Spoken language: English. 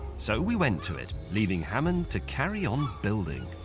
so we went to it, leaving hammond to carry on building.